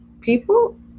people